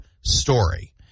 story